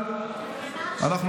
חד"ש-תע"ל,